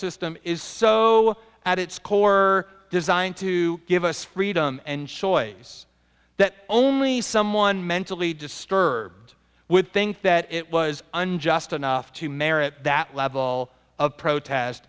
system is so at its core designed to give us freedom and choice that only someone mentally disturbed would think that it was unjust enough to merit that level of protest